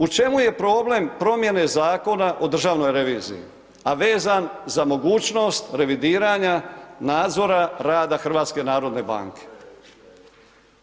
U čemu je problem promjene Zakona o državnoj reviziji, a vezan za mogućnost revidiranja nadzora rada HNB-a?